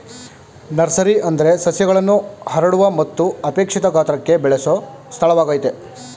nursery ಅಂದ್ರೆ ಸಸ್ಯಗಳನ್ನು ಹರಡುವ ಮತ್ತು ಅಪೇಕ್ಷಿತ ಗಾತ್ರಕ್ಕೆ ಬೆಳೆಸೊ ಸ್ಥಳವಾಗಯ್ತೆ